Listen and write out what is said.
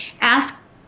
ask